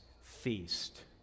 feast